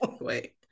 Wait